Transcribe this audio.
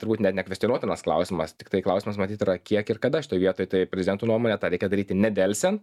turbūt ne nekvestionuotinas klausimas tiktai klausimas matyt yra kiek ir kada šitoj vietoj tai prezento nuomone tą reikia daryti nedelsian